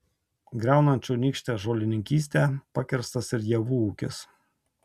griaunant čionykštę žolininkystę pakirstas ir javų ūkis